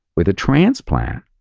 with a transplant,